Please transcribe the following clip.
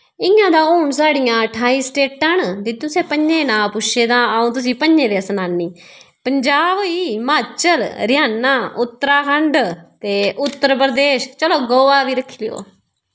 इ'यां ते हून साढ़ियां ठाई स्टेटां न ते तुसें पंजें दे नांऽ पुच्छे तां अ'ऊं तुसें पंजें दे सनानी पंजाब होई हिमाचल हरियाणा उत्तराखंड ते उत्तर प्रदेश चलो गोआ बी रक्खी लेओ